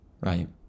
right